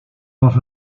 was